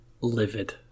livid